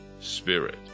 Spirit